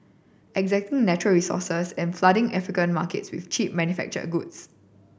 exacting natural resources and flooding African markets with cheap manufactured goods